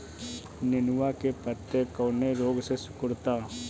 नेनुआ के पत्ते कौने रोग से सिकुड़ता?